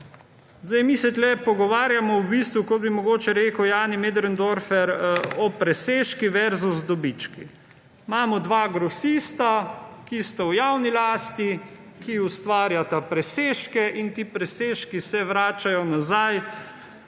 Mi se tukaj pogovarjamo v bistvu, kot bi mogoče rekel Jani Möderndorfer, o presežki versus dobički. Imamo dva grosista, ki sta v javni lasti, ki ustvarjata presežke in ti presežki se vračajo nazaj